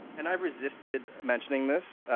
and i've resisted mentioning this,